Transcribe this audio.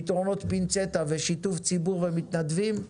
פתרונות פינצטה ושיתוף ציבור ומתנדבים,